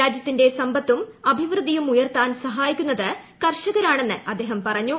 രാജ്യത്തിന്റെ സമ്പത്തും അഭി്യൃദ്ധിയും ഉയർത്താൻ സഹായിക്കുന്നത് കർഷക്ക്രാണ്ണ് അദ്ദേഹം പറഞ്ഞു